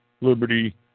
liberty